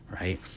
right